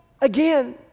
Again